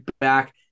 back